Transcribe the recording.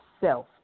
self